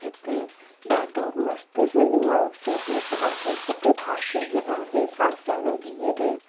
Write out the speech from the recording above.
हिते ॾाढो मस्तु सिटी आहे हिते पासे में आहे सासन गिर